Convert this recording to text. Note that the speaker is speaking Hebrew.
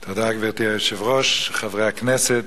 תודה, גברתי היושבת-ראש, חברי הכנסת,